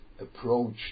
approach